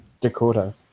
Dakota